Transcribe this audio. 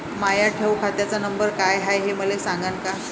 माया ठेव खात्याचा नंबर काय हाय हे मले सांगान का?